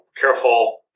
careful